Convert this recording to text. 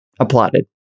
Applauded